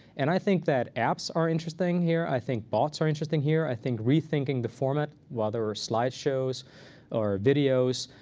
and i think that apps are interesting here. i think bots are interesting here. i think rethinking the format, whether slideshows or videos.